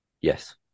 Yes